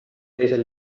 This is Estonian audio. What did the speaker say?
teisel